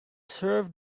serve